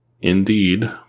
Indeed